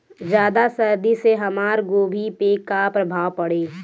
ज्यादा सर्दी से हमार गोभी पे का प्रभाव पड़ी?